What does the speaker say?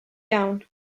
iawn